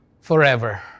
forever